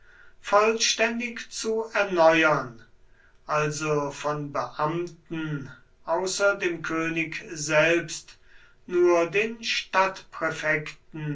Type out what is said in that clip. vollständig zu erneuern also von beamten außer dem könig selbst nur den